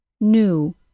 New